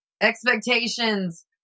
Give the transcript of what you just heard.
expectations